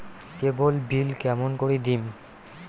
কেবল bill কেমন করি দিম?